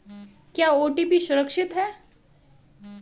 क्या ओ.टी.पी सुरक्षित है?